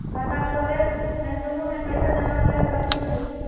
खाता खोले में शुरू में पैसो जमा करे पड़तई की?